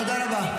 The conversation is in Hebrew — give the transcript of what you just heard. תודה רבה.